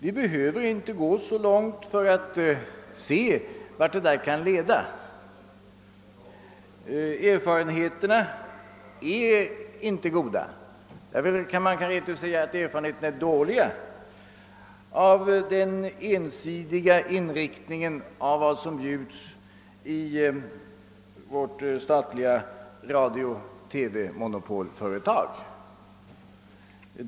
Vi behöver inte gå så långt för att se vart detta kan leda. Erfarenheterna är rent ut sagt dåliga av den ensidiga inriktningen av vad som bjuds av vårt statliga radiooch TV-monopolföretag.